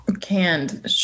Canned